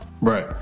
Right